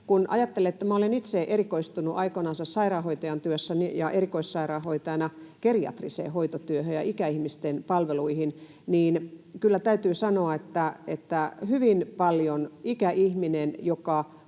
Kun ajattelee, että minä itse olen erikoistunut aikoinansa sairaanhoitajan työssäni ja erikoissairaanhoitajana geriatriseen hoitotyöhön ja ikäihmisten palveluihin, niin kyllä täytyy sanoa, että hyvin paljon käy sitä, että